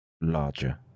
larger